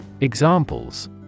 Examples